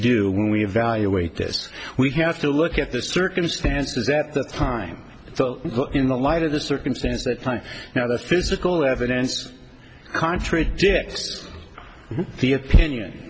when we evaluate this we have to look at the circumstances at the time so in the light of the circumstance that time now the physical evidence contradicts the opinion